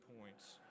points